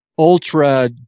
Ultra